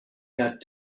got